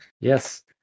Yes